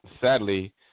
sadly